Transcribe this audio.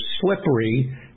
slippery